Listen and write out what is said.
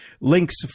Links